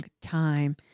time